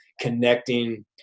connecting